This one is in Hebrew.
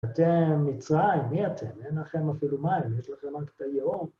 אתם מצרים, מי אתם? אין לכם אפילו מים, יש לכם רק את היאור.